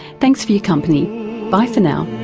thanks for your company bye for now